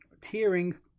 Tearing